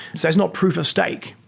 it's it's not proof of stake.